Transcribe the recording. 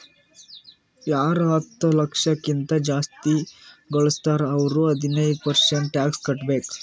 ಯಾರು ಹತ್ತ ಲಕ್ಷ ಕಿಂತಾ ಜಾಸ್ತಿ ಘಳುಸ್ತಾರ್ ಅವ್ರು ಹದಿನೈದ್ ಪರ್ಸೆಂಟ್ ಟ್ಯಾಕ್ಸ್ ಕಟ್ಟಬೇಕ್